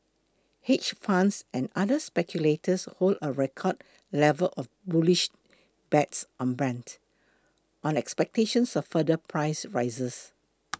hedge funds and other speculators hold a record level of bullish bets on Brent on expectations of further price rises